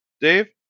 dave